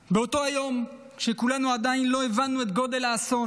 באותו היום, כשכולנו עדיין לא הבנו את גודל האסון,